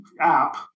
app